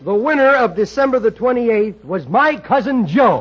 the winner of december the twenty eighth was my cousin joe